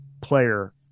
player